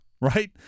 Right